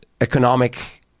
economic